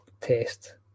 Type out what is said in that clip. test